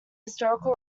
historical